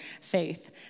faith